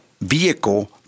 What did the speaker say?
vehicle